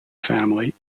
family